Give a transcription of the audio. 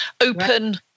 open